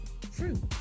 fruit